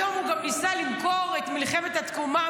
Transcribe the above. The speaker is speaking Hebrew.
היום הוא גם ניסה למכור את מלחמת התקומה,